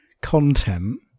content